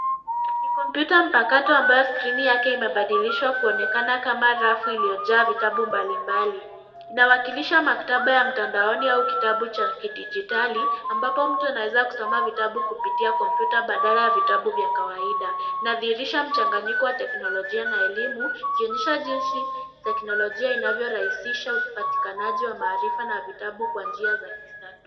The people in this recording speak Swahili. Kompyuta mpakato ambayo skrini yake imebadilishwa kuonekana kama rafu iliyojaa vitabu mbalimbali. Inawakilisha maktaba ya mtandaoni au kitabu cha kidijitali, ambapo mtu anaweza kusoma vitabu kupitia kompyuta badala ya vitabu vya kawaida. Inadhihirisha mchanganyiko wa teknolojia na elimu, ikionyesha jinsi teknolojia inavyorahisisha upatikanaji wa maarifa na vitabu kwa njia za kisasa.